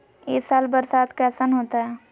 ई साल बरसात कैसन होतय?